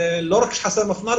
לא רק שחסר מפמ"ר,